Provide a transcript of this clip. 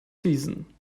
season